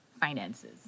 finances